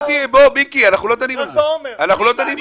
אתה יודע,